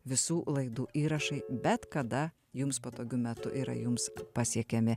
visų laidų įrašai bet kada jums patogiu metu yra jums pasiekiami